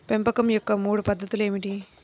పెంపకం యొక్క మూడు పద్ధతులు ఏమిటీ?